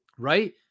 Right